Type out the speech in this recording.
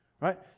right